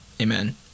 Amen